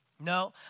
No